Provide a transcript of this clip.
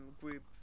group